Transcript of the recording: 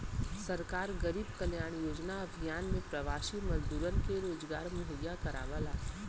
सरकार गरीब कल्याण रोजगार अभियान में प्रवासी मजदूरन के रोजगार मुहैया करावला